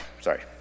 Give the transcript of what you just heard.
Sorry